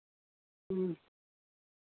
ᱦᱮᱸ